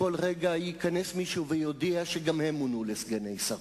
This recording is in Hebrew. של סגן שר.